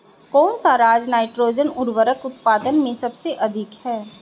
कौन सा राज नाइट्रोजन उर्वरक उत्पादन में सबसे अधिक है?